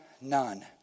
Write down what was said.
none